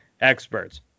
experts